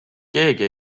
keegi